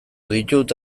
ditut